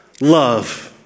love